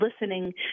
listening